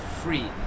free